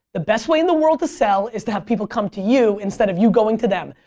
the best way in the world to sell is to have people come to you instead of you going to them.